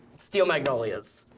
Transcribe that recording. steel magnolias.